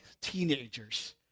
teenagers